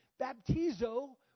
baptizo